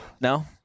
No